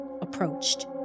approached